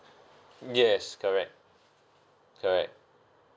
yes correct correct